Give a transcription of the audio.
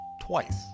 Twice